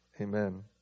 Amen